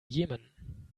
jemen